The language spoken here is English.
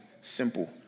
simple